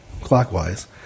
clockwise